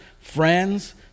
friends